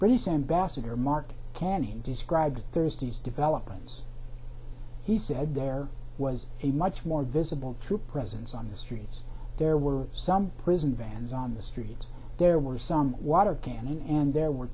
british ambassador mark cannon describes thursday's developments he said there was a much more visible troop presence on the streets there were some prison vans on the streets there were some water cannon and there were